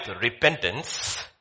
repentance